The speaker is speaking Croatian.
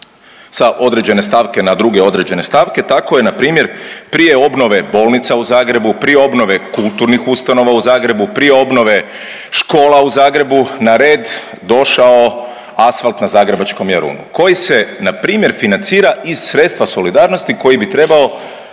sa određene stavke na druge određene stavke, tako je npr. prije obnove bolnica u Zagrebu, prije obnove kulturnih ustanova u Zagrebu, prije obnove škola u Zagrebu na red došao asfalt na zagrebačkom Jarunu koji se, npr. financira iz sredstva solidarnosti koji bi trebao